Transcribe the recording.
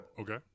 Okay